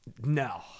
No